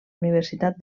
universitat